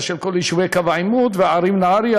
של כל יישובי קו העימות והערים נהריה,